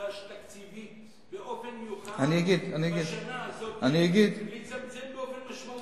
הוקדש תקציבית באופן מיוחד בשנה הזאת כדי לצמצם באופן משמעותי?